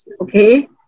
Okay